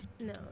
no